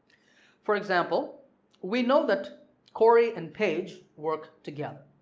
for example we know that cory and paige work together